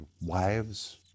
wives